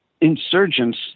insurgents